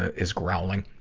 is growling.